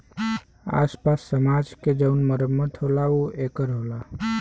आस पास समाज के जउन मरम्मत होला ऊ ए कर होला